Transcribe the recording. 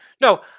No